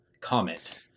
comment